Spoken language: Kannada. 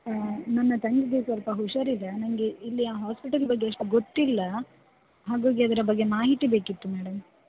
ನನ್ನ ತಂಗಿಗೆ ಸ್ವಲ್ಪ ಹುಷಾರಿಲ್ಲ ನನಗೆ ಇಲ್ಲಿಯ ಹಾಸ್ಪಿಟಲ್ ಬಗ್ಗೆ ಅಷ್ಟು ಗೊತ್ತಿಲ್ಲ ಹಾಗಾಗಿ ಅದರ ಬಗ್ಗೆ ಮಾಹಿತಿ ಬೇಕಿತ್ತು ಮೇಡಮ್